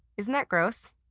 isn't that gross?